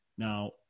Now